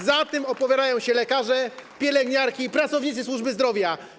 Za tym opowiadają się lekarze, pielęgniarki i pracownicy służby zdrowia.